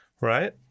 right